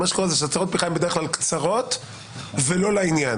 מה שקורה זה שהצהרות פתיחה הן בדרך כלל קצרות ולא לעניין,